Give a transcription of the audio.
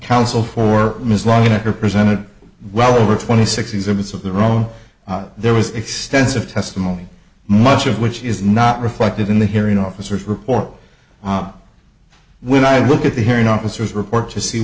counsel for ms longnecker presented well over twenty six exhibits of the rhone there was extensive testimony much of which is not reflected in the hearing officers report when i look at the hearing officers report to see